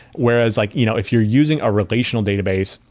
whereas like you know if you're using a relational database,